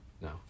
No